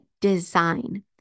design